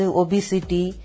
obesity